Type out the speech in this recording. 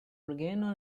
orgeno